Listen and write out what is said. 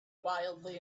wildly